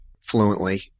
fluently